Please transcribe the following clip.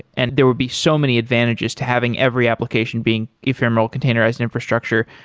and there would be so many advantages to having every application being ephemeral containerized infrastructure,